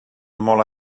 molt